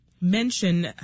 mention